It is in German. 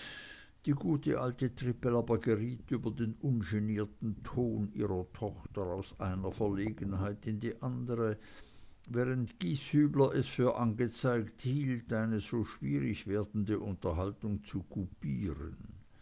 die gute alte trippel aber geriet über den ungenierten ton ihrer tochter aus einer verlegenheit in die andere während gieshübler es für angezeigt hielt eine so schwierig werdende unterhaltung zu kupieren